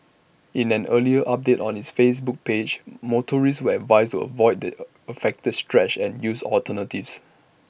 in an earlier update on its Facebook page motorists were advised to avoid the affected stretch and use alternatives